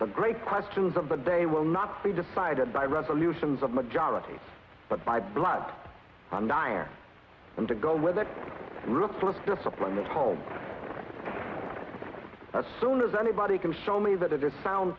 the great questions of the day will not be decided by resolutions of majority but by blood and ire and to go with it reflects discipline that home as soon as anybody can show me that it is sound